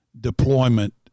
deployment